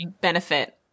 benefit